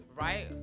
right